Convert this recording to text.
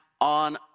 on